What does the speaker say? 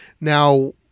Now